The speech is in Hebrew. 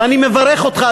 ואני מברך אותך,